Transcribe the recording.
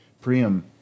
Priam